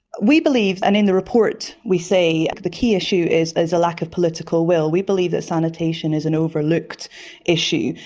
we believe and in the report we say the key issue is there's a lack of political will. we believe that sanitation is an overlooked issue.